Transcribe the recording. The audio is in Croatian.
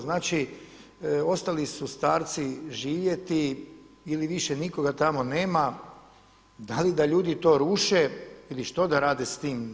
Znači, ostali su starci živjeti ili više nikoga tamo nema, da li da ljude to ruše ili što da rade s tim?